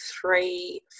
three